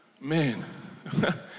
Man